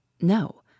No